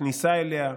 הכניסה אליה,